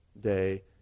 day